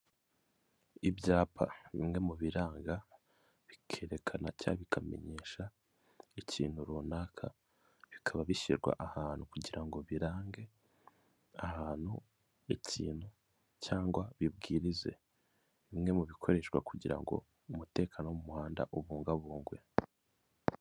Ibyapa bimwe mu biranga, bikerekana cyangwa bikamenyesha ikintu runaka bikaba bishyirwa ahantu kugira ngo birange ahantu ikintu cyangwa bibwirize bimwe mu bikoreshwa aho kugira ngo umutekano wo mu muhanda ubungabungwe.